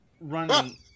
running